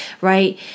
right